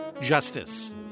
justice